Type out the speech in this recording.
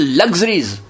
luxuries